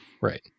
Right